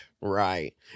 Right